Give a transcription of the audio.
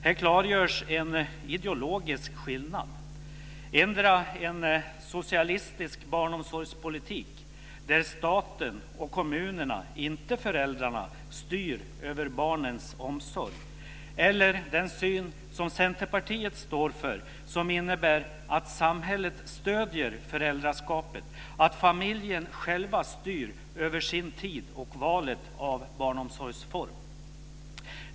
Här klargörs en ideologisk skillnad, antingen socialistisk barnomsorgspolitik där staten och kommunerna, inte föräldrarna, styr över barnens omsorg, eller den syn som Centerpartiet står för som innebär att samhället stöder föräldraskapet, att familjen själv styr över sin tid och valet av barnomsorgsform.